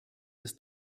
des